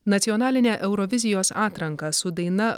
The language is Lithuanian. nacionalinę eurovizijos atranką su daina